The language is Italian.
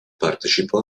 partecipò